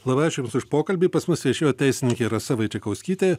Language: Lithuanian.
labai ačiū jums už pokalbį pas mus viešėjo teisininkė rasa vaičekauskytė